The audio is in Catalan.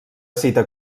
cita